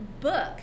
book